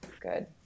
Good